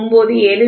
L 24